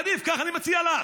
עדיף כך, אני מציע לך.